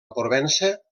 provença